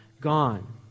gone